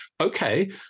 okay